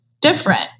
different